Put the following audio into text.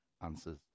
answers